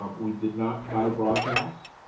um we did not buy broadcast.